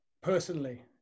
personally